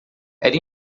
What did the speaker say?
era